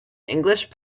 english